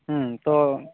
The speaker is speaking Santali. ᱦᱩᱸ ᱛᱚ